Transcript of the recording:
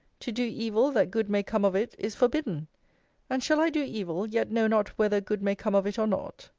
to do evil, that good may come of it, is forbidden and shall i do evil, yet know not whether good may come of it or not?